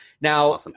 Now